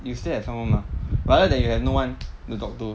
you still have someone mah rather than you have no one to talk to